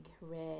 red